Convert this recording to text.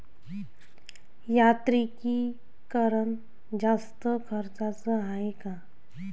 यांत्रिकीकरण जास्त खर्चाचं हाये का?